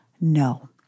No